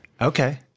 Okay